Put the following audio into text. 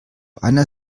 einer